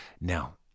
Now